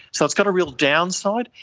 so it's got a real downside.